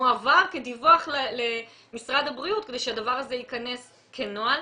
מועבר כדיווח למשרד הבריאות כדי שהדבר הזה ייכנס כנוהל?